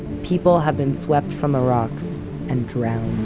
people have been swept from the rocks and drowned.